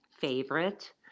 Favorite